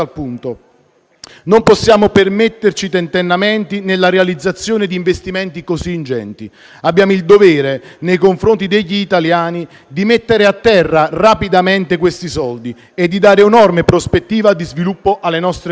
non possiamo permetterci tentennamenti nella realizzazione di investimenti così ingenti. Abbiamo il dovere, nei confronti degli italiani, di mettere a terra rapidamente questi soldi e di dare una prospettiva di sviluppo alle nostre comunità